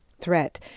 threat